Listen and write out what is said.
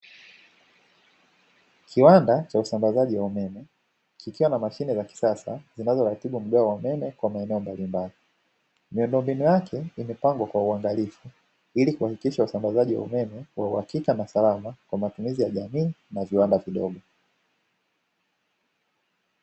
Kiwanda cha usambazaji wa umeme kikiwa na mashine za kisasa zinazoratibu mgao wa umeme kwa maeneo mbalimbali. Miundombinu yake imepangwa kwa uangalizi ili kuhakikisha usambazaji wa umeme wa uhakika na usalama kwa matumizi ya jamii na viwanda vidogo.